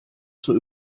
zur